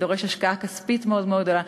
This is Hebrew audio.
שדורש השקעה כספית מאוד מאוד גדולה.